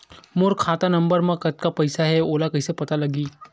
मोर खाता नंबर मा कतका पईसा हे ओला कइसे पता लगी?